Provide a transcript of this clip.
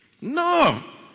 No